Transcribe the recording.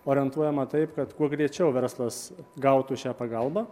orientuojama taip kad kuo greičiau verslas gautų šią pagalbą